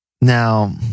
Now